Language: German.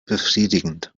befriedigend